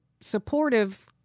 supportive